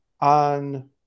on